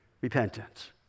repentance